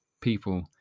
people